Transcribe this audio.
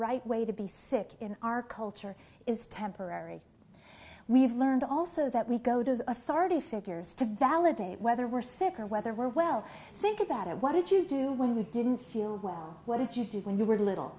right way to be sick in our culture is temporary we have learned also that we go to the authority figures to validate whether we're sick or whether we're well think about it what did you do when we didn't feel well what did you do when you were little